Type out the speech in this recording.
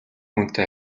хүнтэй